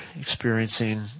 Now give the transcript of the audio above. experiencing